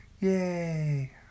yay